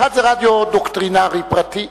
האחד זה רדיו דוקטרינרי פרטי.